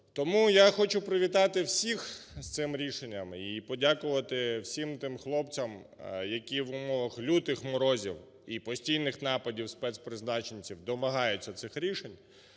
Тому я хочу привітати всіх з цим рішенням і подякувати всім тим хлопцям, які в умовах лютих морозів і постійних нападівспецпризначенців домагаються цих рішень.